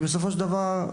בסופו של דבר,